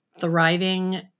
thriving